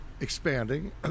expanding